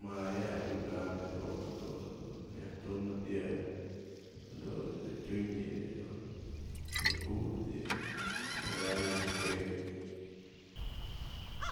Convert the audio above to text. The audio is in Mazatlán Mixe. mjayany iuka'ap jedun jadun dun myajtunëp yë jadun dun tyuny yë dun yë ujtë yë myak jay myajket'sëp.